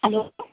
hello